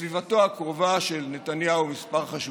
בסביבתו הקרובה של נתניהו כמה חשודים.